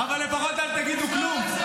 אבל לפחות אל תגידו כלום.